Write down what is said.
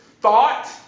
thought